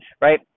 right